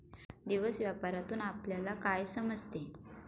दिवस व्यापारातून आपल्यला काय समजते